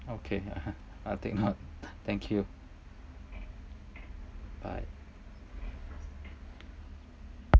okay I'll take note thank you bye